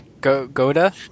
Goda